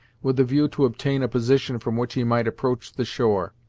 with a view to obtain a position from which he might approach the shore,